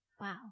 Wow